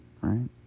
right